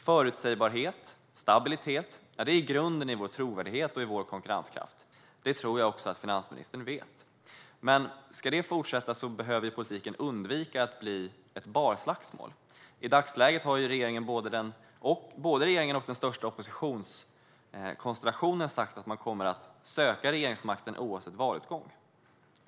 Förutsägbarhet och stabilitet är grunden för vår trovärdighet och för vår konkurrenskraft. Det tror jag också att finansministern vet. Men om detta ska fortsätta behöver politiken undvika att bli ett barslagsmål. I dagsläget har både regeringen och den största oppositionskonstellationen sagt att man kommer att söka regeringsmakten oavsett valutgång.